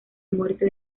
muerte